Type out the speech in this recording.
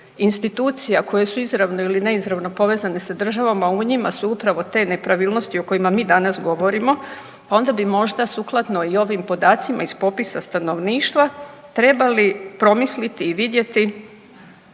institucija koje su izravno ili neizravno povezane sa državom, a u njima su upravo te nepravilnosti o kojima mi danas govorimo, onda bi možda sukladno i ovim podacima iz popisa stanovništva trebali promisliti i vidjeti